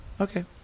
Okay